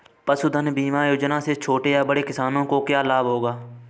पशुधन बीमा योजना से छोटे या बड़े किसानों को क्या लाभ होगा?